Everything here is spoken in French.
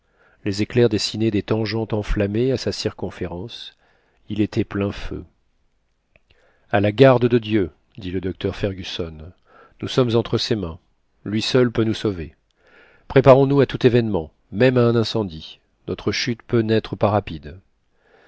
les éclairs dessinaient des tangentes enflammées à sa circonférence il était plein feu a la garde de dieu dit le docteur fergusson nous sommes entre ses mains lui seul peut nous sauver préparons nous à tout événement même à un incendie notre chute peut n'être pas rapide